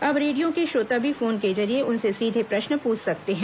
अब रेडियो के श्रोता भी फोन के जरिए उनसे सीधे प्रश्न पूछ सकते हैं